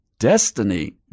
destiny